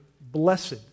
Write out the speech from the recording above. blessed